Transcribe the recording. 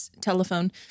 telephone